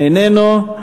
איננו,